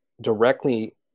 directly